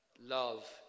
Love